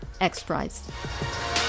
XPRIZE